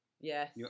Yes